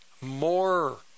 more